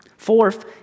Fourth